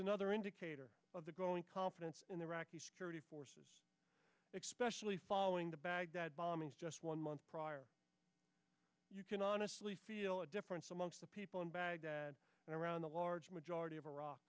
another indicator of the growing confidence in iraq the security forces expression the following the baghdad bombings just one month you can honestly feel a difference among the people in baghdad and around the large majority of iraq